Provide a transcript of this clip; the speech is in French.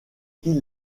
qui